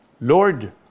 Lord